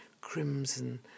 crimson